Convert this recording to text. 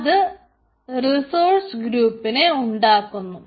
ഇത് റിസോഴ്സ് ഗ്രൂപ്പിനെ ഉണ്ടാക്കുന്നു